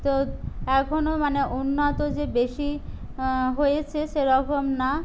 তো এখনও মানে উন্নত যে বেশি হয়েছে সেরকম না